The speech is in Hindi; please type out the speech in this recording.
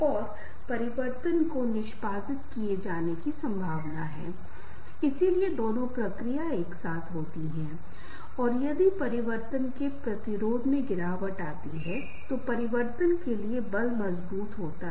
इसलिए हम किसी तरह का काजुअल रिलेशनशिप विकसित करते हैं और फिर कुछ और बातचीत होती है और इसका सीधा सा मतलब है हम एक दूसरे में बहुत ज्यादा दिलचस्पी नहीं रखते हैं लेकिन लापरवाही से ऐसा होता है कि एक बार यह यात्रा पूरी हो जाती है कि हम इस संबंध को भूल जाते हैं